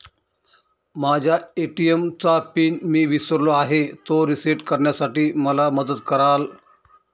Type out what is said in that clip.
माझ्या ए.टी.एम चा पिन मी विसरलो आहे, तो रिसेट करण्यासाठी मला मदत कराल?